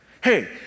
Hey